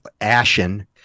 ashen